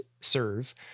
serve